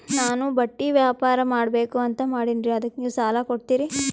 ನಾನು ಬಟ್ಟಿ ವ್ಯಾಪಾರ್ ಮಾಡಬಕು ಅಂತ ಮಾಡಿನ್ರಿ ಅದಕ್ಕ ನೀವು ಸಾಲ ಕೊಡ್ತೀರಿ?